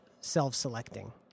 self-selecting